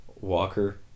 Walker